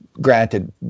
Granted